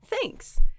Thanks